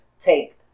take